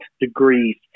degrees